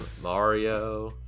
Mario